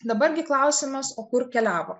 dabar gi klausimas o kur keliavo